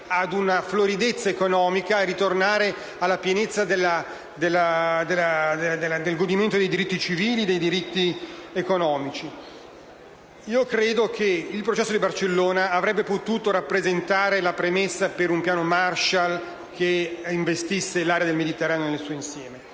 ad una floridezza economica, al pieno godimento dei diritti civili ed economici. Credo che il processo di Barcellona avrebbe potuto rappresentare la premessa per un Piano Marshall che investisse l'area del Mediterraneo nel suo insieme.